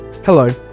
Hello